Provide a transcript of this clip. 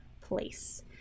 place